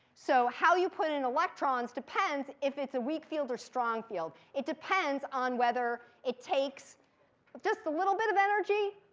so how you put in electrons depends if it's a weak field or strong field. it depends on whether it takes just a little bit of energy,